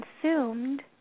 consumed